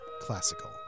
classical